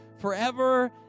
forever